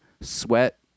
sweat